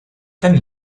plaine